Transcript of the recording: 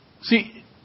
See